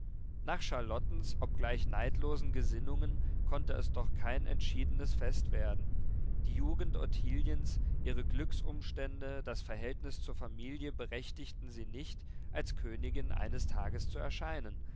nach charlottens obgleich neidlosen gesinnungen konnte es doch kein entschiedenes fest werden die jugend ottiliens ihre glücksumstände das verhältnis zur familie berechtigten sie nicht als königin eines tages zu erscheinen